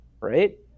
right